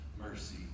mercy